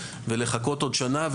לחכות עוד שנה,